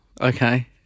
Okay